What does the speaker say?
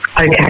okay